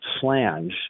flange